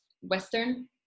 Western